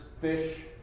fish